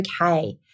okay